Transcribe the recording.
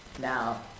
Now